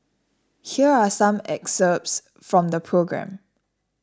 here are some excerpts from the programme